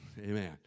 Amen